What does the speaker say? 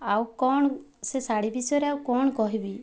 ଆଉ କ'ଣ ସେ ଶାଢ଼ୀ ବିଷୟରେ ଆଉ କ'ଣ କହିବି